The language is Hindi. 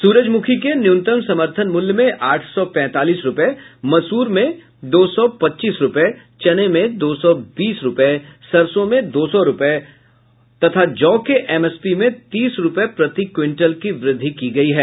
सूरजमुखी के न्यूनतम समर्थन मूल्य में आठ सौ पैंतालीस रुपये मसूर में दो सौ पच्चीस रुपये चने में दो सौ बीस रुपये सरसों में दो सौ रुपये तथा जौ के एमएसपी में तीस रुपये प्रति क्विंटल की वृद्धि की गयी है